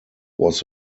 was